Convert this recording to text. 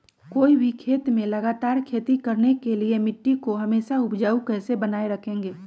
कोई भी खेत में लगातार खेती करने के लिए मिट्टी को हमेसा उपजाऊ कैसे बनाय रखेंगे?